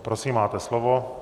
Prosím, máte slovo.